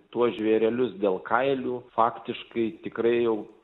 tuos žvėrelius dėl kailių faktiškai tikrai jau